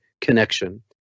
connection